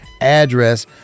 address